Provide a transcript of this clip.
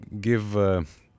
give